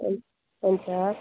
हुन्छ हुन्छ